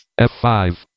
F5